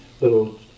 little